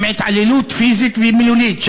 עם התעללות פיזית ומילולית.